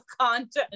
content